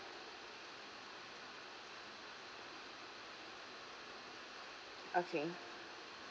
okay